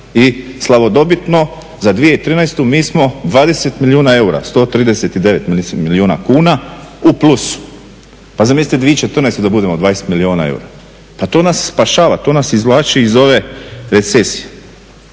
i slavodobitno za 2013.mi smo 20 milijuna eura, 139 milijuna kuna u plusu. Pa zamislite 2014.da budemo 20 milijuna eura, pa to nas spašava, to nas izvlači iz ove recesije